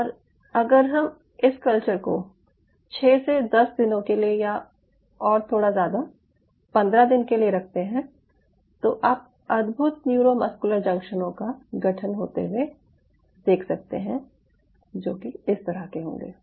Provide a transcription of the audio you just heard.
और अगर हम इस कल्चर को 6 से 10 दिनों के लिए या और थोड़ा ज़्यादा 15 दिन के लिए रखते हैं तो आप अद्भुत न्यूरोमस्कुलर जंक्शनों का गठन होते हुए देख सकते हैं जो कि इस तरह के होंगे